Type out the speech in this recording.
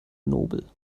nobel